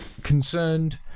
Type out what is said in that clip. Concerned